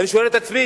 ואני שואל את עצמי,